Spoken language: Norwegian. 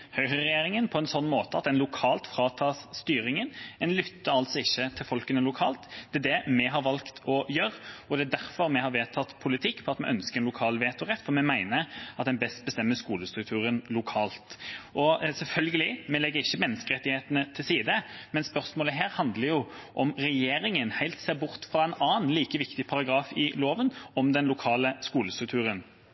er det vi har valgt å gjøre, og det er derfor vi har vedtatt politikk på at vi ønsker en lokal vetorett, for vi mener at man best bestemmer skolestrukturen lokalt. Vi legger selvfølgelig ikke menneskerettighetene til side, men spørsmålet handler om regjeringa helt ser bort fra en annen, like viktig, paragraf i loven